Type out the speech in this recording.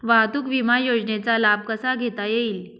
वाहतूक विमा योजनेचा लाभ कसा घेता येईल?